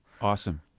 Awesome